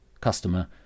customer